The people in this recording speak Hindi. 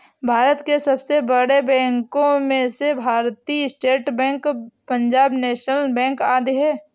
भारत के सबसे बड़े बैंको में से भारतीत state bank, Punjab national bank आदि है